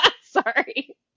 Sorry